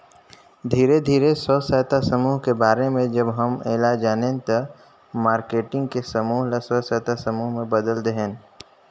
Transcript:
धीरे धीरे स्व सहायता समुह के बारे में जब हम ऐला जानेन त मारकेटिंग के समूह ल स्व सहायता समूह में बदेल देहेन